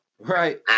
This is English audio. Right